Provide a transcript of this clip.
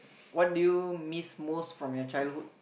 what do you miss most from your childhood